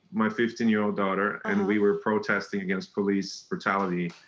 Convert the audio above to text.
my fifteen year old daughter and we were protesting against police brutality